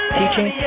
teaching